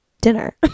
dinner